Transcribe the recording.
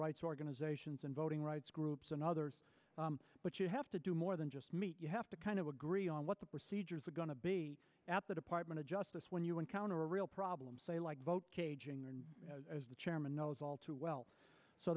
rights organizations and voting rights groups and others but you have to do more than just meet you have to kind of agree on what the procedures are going to be at the department of justice when you encounter a real problem say like vote as the chairman knows all too well so